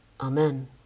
amen